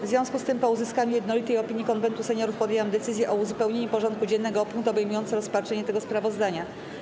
W związku z tym, po uzyskaniu jednolitej opinii Konwentu Seniorów, podjęłam decyzję o uzupełnieniu porządku dziennego o punkt obejmujący rozpatrzenie tego sprawozdania.